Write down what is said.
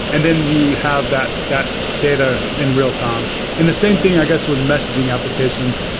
and then you have that that data in real-time and the same thing i guess with messaging applications,